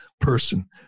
person